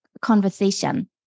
conversation